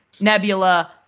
Nebula